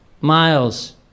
Miles